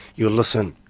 you listen,